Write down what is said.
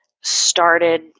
started